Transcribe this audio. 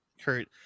kurt